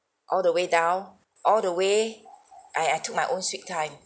all the way down all the way I I took my own sweet time